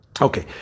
Okay